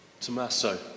Tommaso